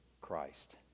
Christ